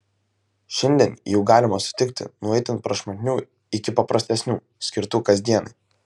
šiandien jų galima sutikti nuo itin prašmatnių iki paprastesnių skirtų kasdienai